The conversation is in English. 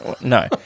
No